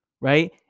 Right